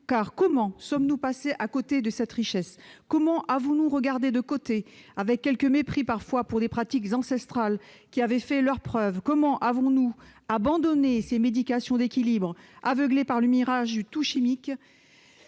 Comment sommes-nous passés à côté d'une telle richesse ? Comment l'avons-nous ignorée, avec quelque mépris parfois pour des pratiques ancestrales qui avaient fait leurs preuves ? Comment avons-nous pu abandonner ces médications d'équilibre, aveuglés par le mirage du « tout chimique »